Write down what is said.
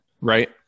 right